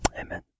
Amen